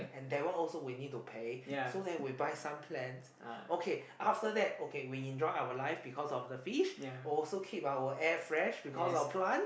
and that one also we need to pay so then we buy some plants okay after that okay we enjoy our life because of the fish also keep our air fresh because of plants